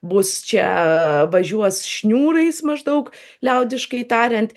bus čia važiuos šniūrais maždaug liaudiškai tariant